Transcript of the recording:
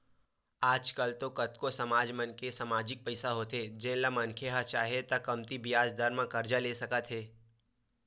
आज कल तो कतको समाज मन के अपन समाजिक पइसा होथे जेन ल मनखे ह चाहय त कमती बियाज दर म करजा ले सकत हे